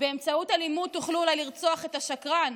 באמצעות אלימות תוכלו אולי לרצוח את השקרן,